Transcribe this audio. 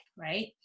right